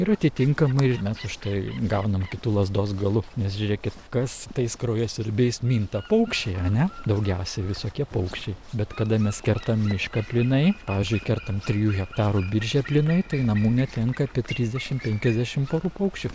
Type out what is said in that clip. ir atitinkamai mes už tai gaunam kitu lazdos galu nes žiūrėkit kas tais kraujasiurbiais minta paukščiai ane daugiausiai visokie paukščiai bet kada mes kertam mišką plynai pavyzdžiui kertam trijų hektarų biržę plynai tai namų netenka apie trisdešim penkiasdešim porų paukščių